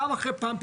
פעם אחרי פעם,